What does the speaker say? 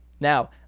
now